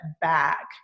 back